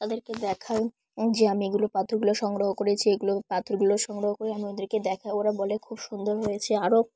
তাদেরকে দেখাই যে আমি এগুলো পাথরগুলো সংগ্রহ করেছি এগুলো পাথরগুলো সংগ্রহ করে আমি ওদেরকে দেখা ওরা বলে খুব সুন্দর হয়েছে আরও